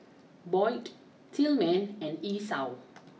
Boyd Tillman and Esau